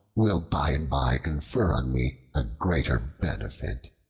will by and by confer on me a greater benefit.